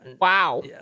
Wow